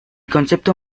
concepto